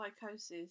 psychosis